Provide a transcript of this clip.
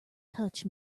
touch